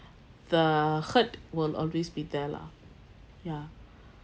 the hurt will always be there lah ya